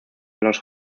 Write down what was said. los